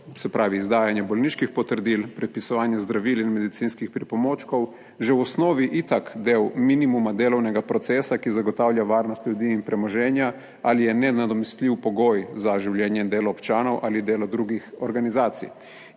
se pravi, izdajanje bolniških potrdil, predpisovanje zdravil in medicinskih pripomočkov že v osnovi itak del minimuma delovnega procesa, ki zagotavlja varnost ljudi in premoženja, ali je nenadomestljiv pogoj za življenje in delo občanov ali delo drugih organizacij,